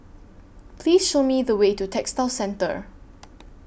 Please Show Me The Way to Textile Centre